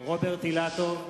רוברט אילטוב,